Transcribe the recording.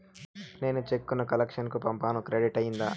నేను చెక్కు ను కలెక్షన్ కు పంపాను క్రెడిట్ అయ్యిందా